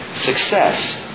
success